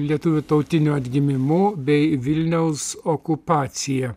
lietuvių tautiniu atgimimu bei vilniaus okupacija